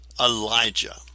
Elijah